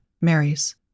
marries